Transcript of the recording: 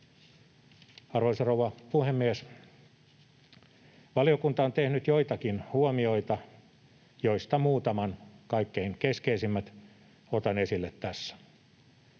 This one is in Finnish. Arvoisa rouva puhemies! Valiokunta on tehnyt joitakin huomioita, joista muutaman, kaikkein keskeisimmät, otan tässä